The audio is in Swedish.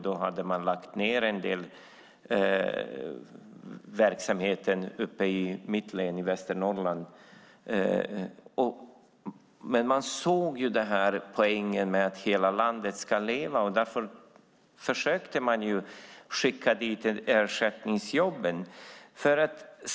Då lades en hel del verksamhet ned i mitt län, Västernorrland. Vi såg poängen i att hela landet ska leva. Därför försökte vi skapa ersättningsjobb.